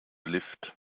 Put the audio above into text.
lift